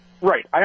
Right